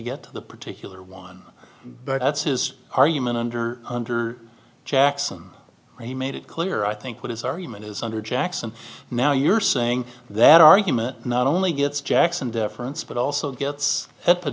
get to the particular one but that's his argument under under jackson and he made it clear i think that his argument is under jackson now you're saying that argument not only gets jackson deference but also gets at